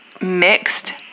mixed